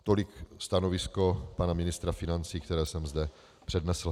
Tolik stanovisko pana ministra financí, které jsem zde přednesl.